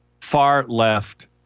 far-left